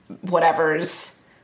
whatever's